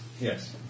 Yes